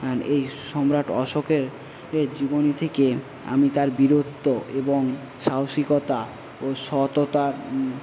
এই সম্রাট অশোকের জীবনী থেকে আমি তার বীরত্ব এবং সাহসিকতা ও সততা